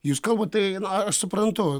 jūs kalbat tai na aš suprantu